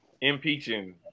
Impeaching